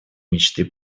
мечты